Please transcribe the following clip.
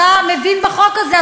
אתה מבין בחוק הזה,